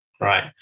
Right